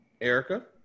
Erica